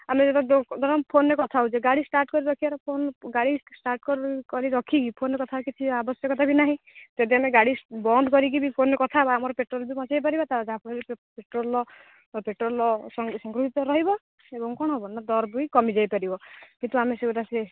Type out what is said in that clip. ଆମେ ଧର ଫୋନରେ କଥା ହେଉଛେ ଗାଡ଼ି ଷ୍ଟାର୍ଟ କରି ରଖିବାର ଫୋନ ଗାଡ଼ି ଷ୍ଟାର୍ଟ କରି ରଖିକି ଫୋନରେ କଥା କିଛି ଆବଶ୍ୟକତା ବି ନାହିଁ ଯଦି ଆମେ ଗାଡ଼ି ବନ୍ଦ କରିକି ବି ଫୋନରେ କଥା ହେବା ଆମର ପେଟ୍ରୋଲ ବି ବାଞ୍ଚାଇ ପାରିବା ତା ଯାହାଫଳରେ ପେଟ୍ରୋଲର ପେଟ୍ରୋଲ ସଂଗୃହିତ ରହିବ ଏବଂ କ'ଣ ହେବ ନା ଦର ବି କମିଯାଇପାରିବ କିନ୍ତୁ ଆମେ ସେଗୁଡ଼ା ସେ